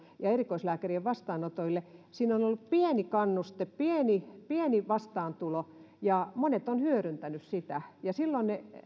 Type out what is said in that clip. ja erikoislääkärien vastaanotoille siinä on on ollut pieni kannuste pieni pieni vastaantulo ja monet ovat hyödyntäneet sitä ja silloin